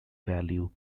value